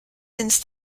since